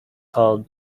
called